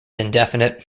indefinite